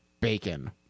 bacon